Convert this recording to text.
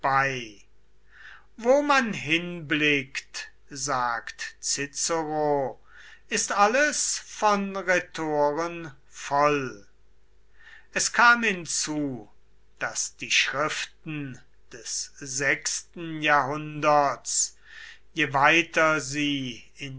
wo man hinblickt sagt cicero ist alles von rhetoren voll es kam hinzu daß die schriften des sechsten jahrhunderts je weiter sie in